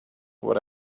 what